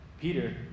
Peter